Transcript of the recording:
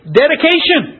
dedication